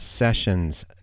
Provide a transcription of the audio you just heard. Sessions